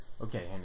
Okay